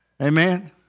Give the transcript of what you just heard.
Amen